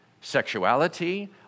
sexuality